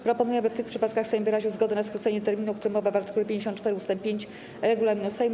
Proponuję, aby w tych przypadkach Sejm wyraził zgodę na skrócenie terminu, o którym mowa w art. 54 ust. 5 regulaminu Sejmu.